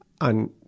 on